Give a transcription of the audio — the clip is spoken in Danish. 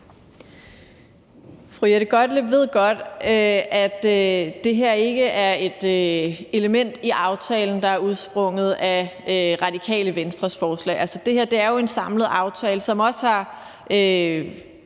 Fru Jette Gottlieb ved godt, at det her ikke er et element i aftalen, der er udsprunget af Radikale Venstres forslag. Det her er jo en samlet aftale, som har